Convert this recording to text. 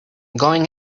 going